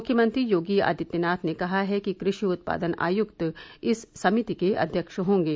मुख्यमंत्री योगी आदित्यनाथ ने कहा है कि कृषि उत्पादन आयुक्त इस समिति के अध्यक्ष होंगे